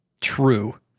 true